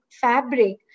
fabric